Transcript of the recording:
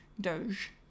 Doge